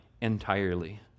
entirely